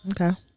Okay